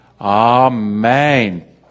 Amen